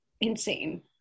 Insane